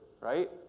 Right